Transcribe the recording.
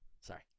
sorry